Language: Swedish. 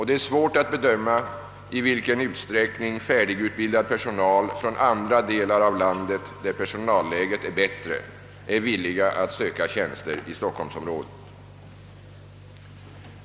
Det är svårt att bedöma i vilken utsträckning färdigutbildad personal från andra delar av landet, där personaltillgången är bättre, är villig att söka tjänster i stockholmsområdet.